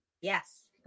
Yes